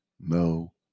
no